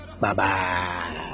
Bye-bye